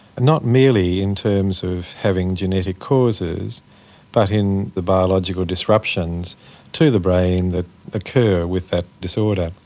not merely in terms of having genetic causes but in the biological disruptions to the brain that occur with that disorder.